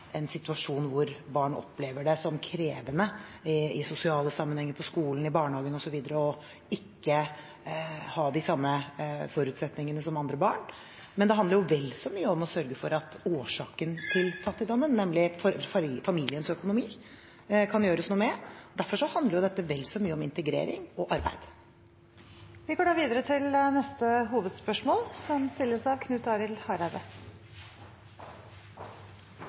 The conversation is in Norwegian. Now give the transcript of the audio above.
en situasjon hvor barn opplever det som krevende i sosiale sammenhenger – på skolen, i barnehagen osv. – ikke å ha de samme forutsetningene som andre barn, men det handler vel så mye om å sørge for at årsaken til fattigdommen, nemlig familiens økonomi, kan gjøres noe med. Derfor handler dette vel så mye om integrering og arbeid. Vi går videre til neste hovedspørsmål.